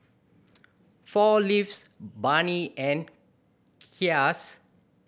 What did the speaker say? Four Leaves Burnie and Kiehl's